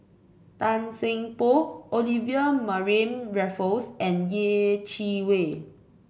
Tan Seng Poh Olivia Mariamne Raffles and Yeh Chi Wei